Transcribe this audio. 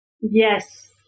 Yes